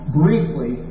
briefly